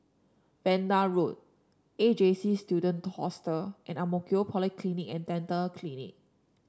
Vanda Road A J C Student Hostel and Ang Mo Kio Polyclinic And Dental Clinic